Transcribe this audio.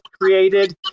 created